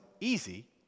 easy